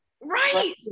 Right